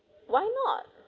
why not